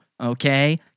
okay